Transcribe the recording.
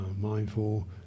mindful